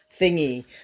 thingy